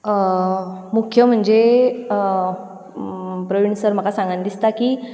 मुख्य म्हणजे प्रवीण सर म्हाका सांगन दिसता की